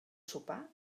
sopar